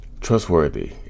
Trustworthy